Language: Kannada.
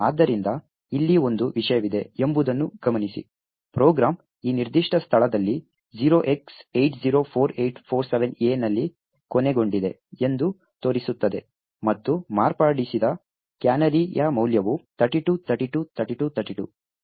ಆದ್ದರಿಂದ ಇಲ್ಲಿ ಒಂದು ವಿಷಯವಿದೆ ಎಂಬುದನ್ನು ಗಮನಿಸಿ ಪ್ರೋಗ್ರಾಂ ಈ ನಿರ್ದಿಷ್ಟ ಸ್ಥಳದಲ್ಲಿ 0x804847A ನಲ್ಲಿ ಕೊನೆಗೊಂಡಿದೆ ಎಂದು ತೋರಿಸುತ್ತದೆ ಮತ್ತು ಮಾರ್ಪಡಿಸಿದ ಕ್ಯಾನರಿಯ ಮೌಲ್ಯವು 32 32 32 32